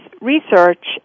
research